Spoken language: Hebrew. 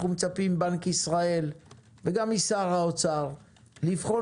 אנחנו מצפים מבנק ישראל וגם משר האוצר לבחון